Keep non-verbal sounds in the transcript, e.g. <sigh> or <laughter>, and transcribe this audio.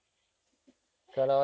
<laughs>